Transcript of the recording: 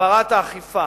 הגברת האכיפה,